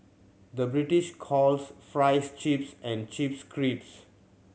the British calls fries chips and chips crisps